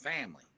family